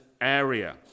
area